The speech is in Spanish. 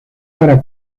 para